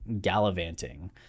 gallivanting